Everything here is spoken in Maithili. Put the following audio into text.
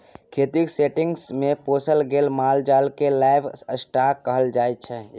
खेतीक सेटिंग्स मे पोसल गेल माल जाल केँ लाइव स्टाँक कहल जाइ छै